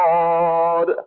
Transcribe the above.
Lord